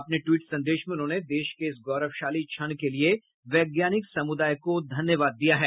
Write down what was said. अपने ट्वीट संदेश में उन्होंने देश के इस गौरवशाली क्षण के लिए वैज्ञानिक समुदाय को धन्यवाद दिया है